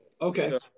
Okay